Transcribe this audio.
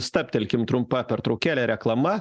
stabtelkim trumpa pertraukėlė reklama